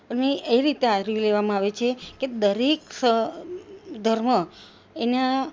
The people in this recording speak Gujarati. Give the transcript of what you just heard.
અને એ રીતે આવરી લેવામાં આવે છે કે દરેક ધર્મ એના